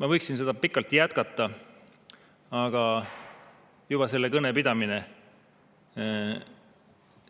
võiksin pikalt jätkata, aga juba selle kõne pidamine